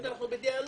אנחנו בדיאלוג.